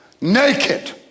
Naked